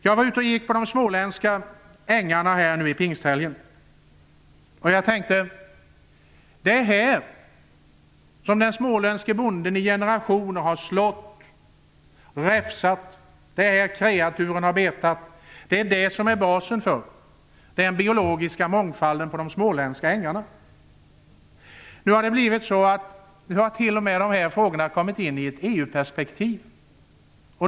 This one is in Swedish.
Jag var ute och gick på de småländska ängarna i pingsthelgen, och jag tänkte: Det är här som den småländske bonden i generationer har slagit och räfsat och kreaturen betat. Det är det som utgör basen för den biologiska mångfalden på de småländska ängarna. Nu har dessa frågor t.o.m. kommit in i ett EU perspektiv.